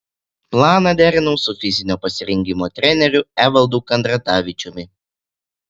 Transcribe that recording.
planą derinau su fizinio pasirengimo treneriu evaldu kandratavičiumi